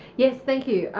yes, thank you.